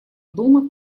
дома